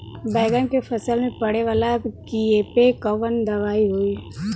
बैगन के फल में पड़े वाला कियेपे कवन दवाई होई?